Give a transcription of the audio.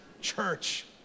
church